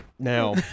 now